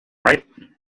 ripe